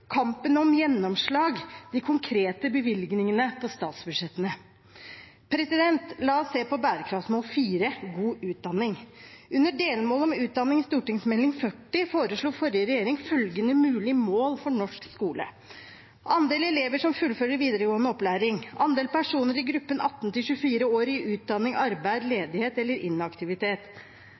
kampen om gjennomslag, de konkrete bevilgningene på statsbudsjettene. La oss se på bærekraftsmål 4, god utdanning. Under delmål om utdanning i Meld. St. 40 for 2020–2021 foreslo forrige regjering følgende mulige mål for norsk skole: andel elever som fullfører videregående opplæring, andel personer i gruppen 18–24 år i utdanning, arbeid, ledighet eller inaktivitet